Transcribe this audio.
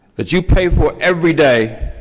that you pay for every day,